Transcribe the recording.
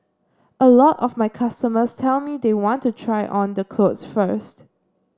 a lot of my customers tell me they want to try on the clothes first